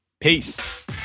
Peace